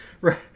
right